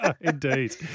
Indeed